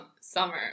summer